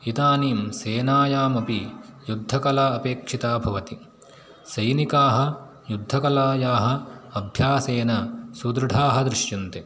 इदानीं सेनायामपि युद्धकला अपेक्षिता भवति सैनिकाः युद्धकलायाः अभ्यासेन सुदृढाः दृश्यन्ते